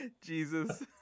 jesus